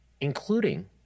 including